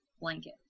blanket